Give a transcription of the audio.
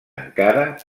encara